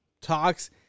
talks